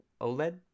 OLED